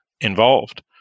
involved